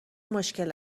مشکل